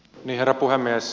herra puhemies